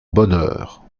bonheur